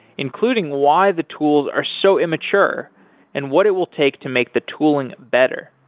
including why the tools are so immature and what it will take to make the tooling better.